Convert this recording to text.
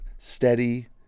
steady